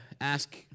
ask